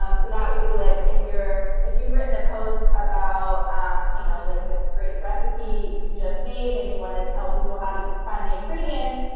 um so that would be like if if you've written a post about you know like this great recipe you just made and you want to tell people how to find the ingredients,